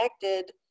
connected